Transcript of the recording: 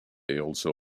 also